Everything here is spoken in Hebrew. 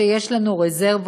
שיש לנו רזרבות,